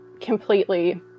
completely